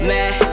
Man